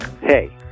Hey